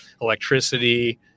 electricity